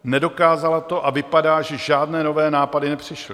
Nedokázala to a vypadá, že žádné nové nápady nepřišly.